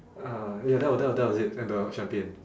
ah yeah that was that was it and the champagne